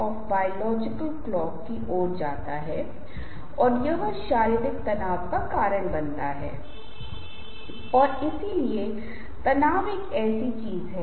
आपको लग सकता है कि आपके पास इन दो अलग अलग लोगों के बारे में कहने के लिए विभिन्न प्रकार की चीजें हैं